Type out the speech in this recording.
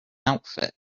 outfit